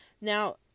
Now